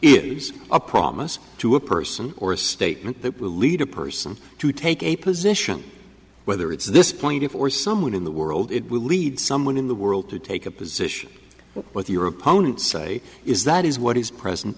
is a promise to a person or a statement that will lead a person to take a position whether it's this point or for someone in the world it will lead someone in the world to take a position with your opponent say is that is what is present